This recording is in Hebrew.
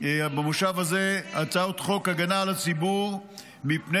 במושב הזה: הצעת חוק הגנה על הציבור מפני